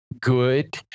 good